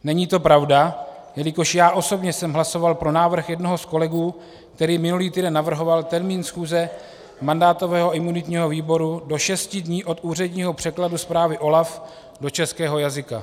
Není to pravda, jelikož já osobně jsem hlasoval pro návrh jednoho z kolegů, který minulý týden navrhoval termín schůze mandátového a imunitního výboru do šesti dnů od úředního překladu zprávy OLAF do českého jazyka.